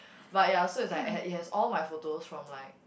but ya so it's like it had it has all my photos from like